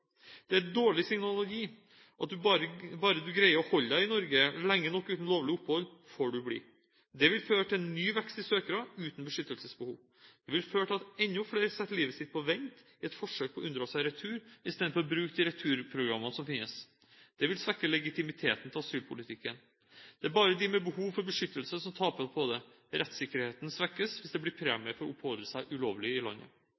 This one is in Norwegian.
er et dårlig signal å gi, at bare du greier å holde deg i Norge lenge nok uten lovlig opphold, får du bli. Det vil føre til ny vekst i søkere uten beskyttelsesbehov. Det vil føre til at enda flere setter livet sitt på vent i et forsøk på å unndra seg retur, i stedet for å bruke de returprogrammene som finnes. Det vil svekke legitimiteten til asylpolitikken. Det er bare de med behov for beskyttelse som taper på det. Rettssikkerheten svekkes hvis det blir premie for å oppholde seg ulovlig i landet.